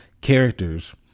characters